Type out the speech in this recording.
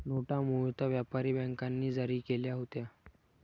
नोटा मूळतः व्यापारी बँकांनी जारी केल्या होत्या